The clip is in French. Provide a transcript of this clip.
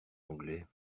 anglais